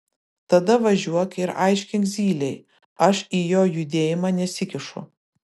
tada važiuok ir aiškink zylei aš į jo judėjimą nesikišu